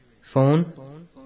Phone